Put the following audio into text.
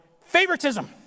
favoritism